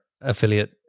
affiliate